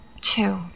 two